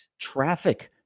traffic